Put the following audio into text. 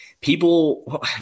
People